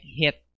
hit